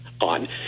on